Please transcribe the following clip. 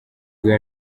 bwa